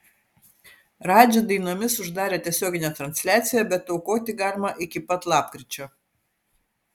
radži dainomis uždarė tiesioginę transliaciją bet aukoti galima iki pat lapkričio